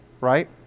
right